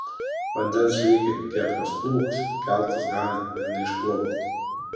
vandens lygiui kiek nuslūgus keltas gali ir neišplaukti